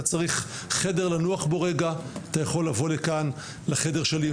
אתה צריך חדר לנוח בו רגע אתה יכול לבוא לכאן לחדר שלי.